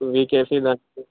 వికేసి